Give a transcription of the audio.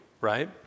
right